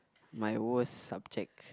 my worst subject